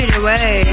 away